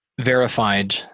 verified